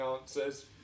answers